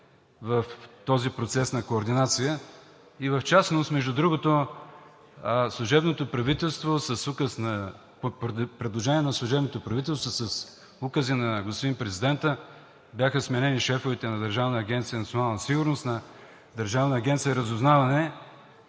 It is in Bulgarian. в този процес на координация? В частност, между другото, по предложение на служебното правителство, с укази на господин президента бяха сменени шефовете на Държавна агенция